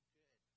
good